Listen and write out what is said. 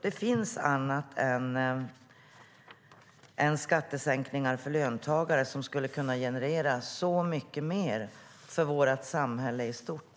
Det finns annat än skattesänkningar för löntagare som skulle kunna generera mycket mer för vårt samhälle i stort.